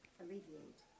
alleviate